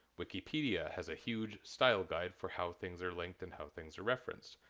wikipedia has a huge style guide for how things are linked and how things are referenced.